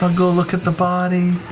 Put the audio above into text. um go look at the body.